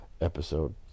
episode